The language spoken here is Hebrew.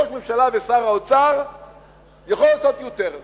ראש ממשלה ושר אוצר יכולים לעשות U-turn.